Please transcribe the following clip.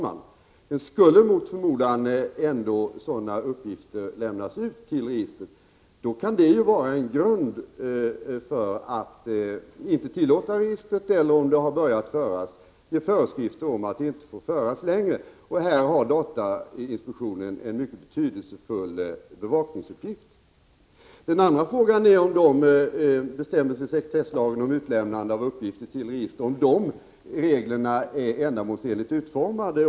Men skulle mot förmodan ändå sådana uppgifter lämnas ut till registret, kan detta vara en grund för att inte tillåta registret eller, om det har börjat föras, ge föreskrifter om att det inte får föras längre. Här har datainspektionen en mycket betydelsefull bevakningsuppgift. Den andra frågan är om bestämmelserna i sekretesslagen om utlämnande av uppgifter till register är ändamålsenligt utformade.